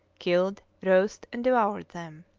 killed, roasted, and devoured them.